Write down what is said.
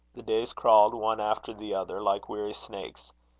the days crawled one after the other like weary snakes.